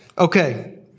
Okay